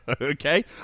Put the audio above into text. okay